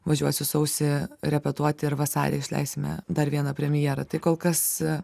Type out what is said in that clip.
važiuosiu sausį repetuoti ir vasarį išleisime dar vieną premjerą tai kol kas